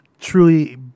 truly